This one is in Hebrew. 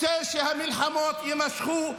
רוצה שהמלחמות יימשכו.